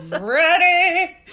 Ready